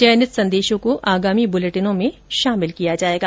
चयनित संदेशों को आगामी बुलेटिनों में शामिल किया जाएगा